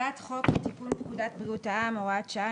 הצעת חוק לתיקון פקודת בריאות העם (הוראת שעה,